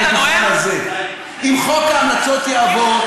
מן הדוכן הזה: אם חוק ההמלצות יעבור,